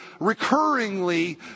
recurringly